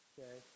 Okay